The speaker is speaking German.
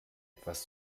etwas